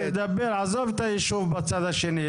עזוב את הישוב בצד השני,